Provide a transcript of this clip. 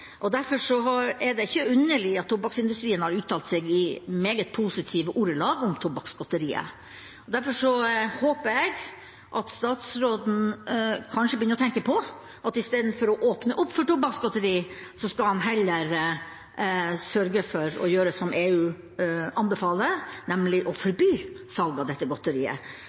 Derfor er det ikke underlig at tobakksindustrien har uttalt seg i meget positive ordelag om tobakksgodteriet. Derfor håper jeg at statsråden kanskje begynner å tenke på at istedenfor å åpne opp for tobakksgodteri, skal han heller sørge for å gjøre som EU anbefaler, nemlig å forby salg av dette godteriet.